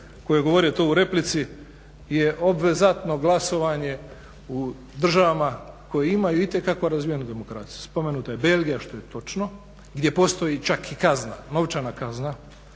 je govorio to u replici je obvezano glasovanje u državama koje imaju itekako razvijenu demokraciju. Spomenuta je Belgija što je točno, gdje postoji čak i novčana kazna